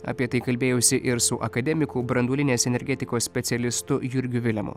apie tai kalbėjausi ir su akademiku branduolinės energetikos specialistu jurgiu vilemu